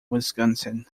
wisconsin